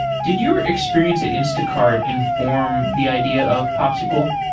did your experience at instacart inform the idea of popsql?